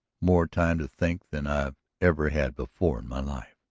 more time to think than i've ever had before in my life.